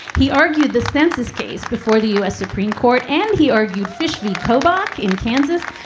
he argued the census case before the u s. supreme court and he argued fisher v. kobach in kansas,